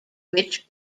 which